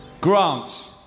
Grant